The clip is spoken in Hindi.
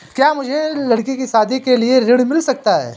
क्या मुझे लडकी की शादी के लिए ऋण मिल सकता है?